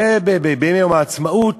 ביום העצמאות,